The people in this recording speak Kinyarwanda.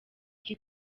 iyi